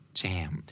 jam